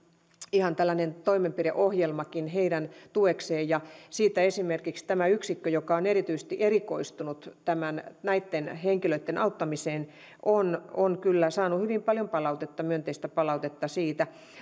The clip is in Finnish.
ihan tällainen toimenpideohjelmakin heidän tuekseen ja esimerkiksi tämä yksikkö joka on erityisesti erikoistunut näitten henkilöitten auttamiseen on on kyllä saanut hyvin paljon myönteistä palautetta siitä